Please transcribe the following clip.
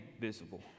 visible